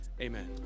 Amen